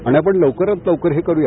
आणि आपण लवकरात लवकर हे करूया